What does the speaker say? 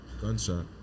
Gunshot